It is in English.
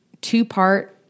two-part